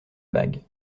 bague